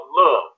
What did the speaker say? love